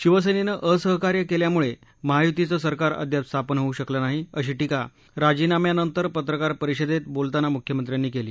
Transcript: शिवसेनेनं असहकार्य केल्यामुळे महायुतीचं सरकार अद्याप स्थापन होऊ शकलं नाही अशी टीका राजीनाम्यानंतर पत्रकार परिषदेत बोलताना मुख्यमंत्र्यांनी केली